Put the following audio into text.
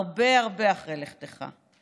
הרבה הרבה אחרי לכתך.